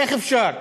איך אפשר?